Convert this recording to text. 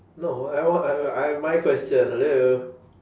no I wo~ I my question hello